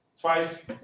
twice